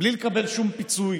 בלי לקבל שום פיצוי